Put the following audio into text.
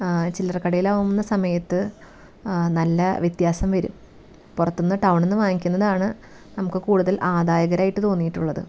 ചില്ലറ കടേലാകുന്ന സമയത്ത് നല്ല വ്യത്യാസം വരും പുറത്ത്ന്ന് ടൗണ്ന്ന് വാങ്ങിക്കുന്നതാണ് നമുക്ക് കൂടുതൽ ആദായകരമായിട്ട് തോന്നിയിട്ടുള്ളത്